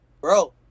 bro